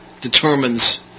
determines